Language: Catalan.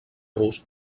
rus